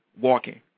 walking